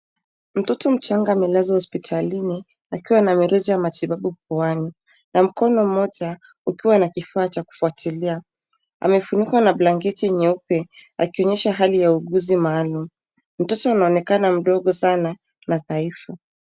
Mtoto mchanga amelazwa hosipitalini akiwa na mirija ya matibabu puani na mkono mmoja ukiwa na kifaa cha kufuatilia. Amefunikwa na blanketi nyeupe akionyesha hali ya uuguzi maalum. Mtoto anaonekana mdogo sana na dhaifu.